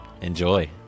Enjoy